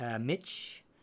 Mitch